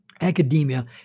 academia